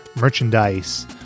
merchandise